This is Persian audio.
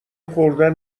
خوردن